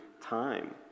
time